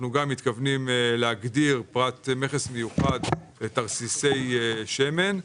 אנחנו גם מתכוונים להגדיר פרט מכס מיוחד לתרסיסי שמן,